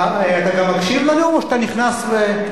אתה גם מקשיב לנאום או שאתה נכנס ויוצא?